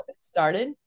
started